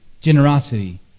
generosity